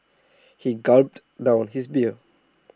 he gulped down his beer